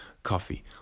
coffee